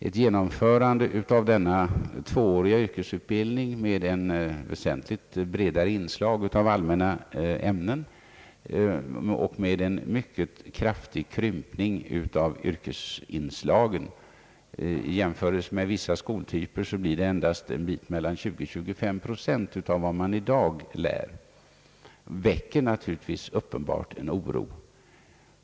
Ett genomförande av denna tvååriga yrkesutbildning med ett väsentligt bredare inslag av allmänna ämnen och en mycket kraftig krympning av yrkesinslagen — i jämförelse med vissa skoltyper blir det endast 20 å 25 procent av vad man i dag lär — väc ker naturligtvis en oro.